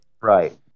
Right